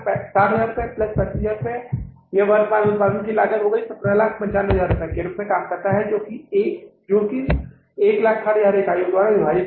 1760000 plus 35000 इसलिए यह वर्तमान उत्पादन की 1795000 के रूप में काम करता है जो 160000 इकाइयों द्वारा विभाजित है